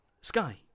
sky